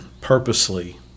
purposely